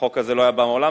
החוק הזה לא היה בא לעולם,